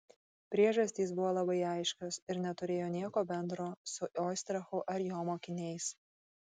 priežastys buvo labai aiškios ir neturėjo nieko bendro su oistrachu ar jo mokiniais